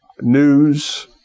news